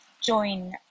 join